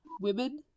women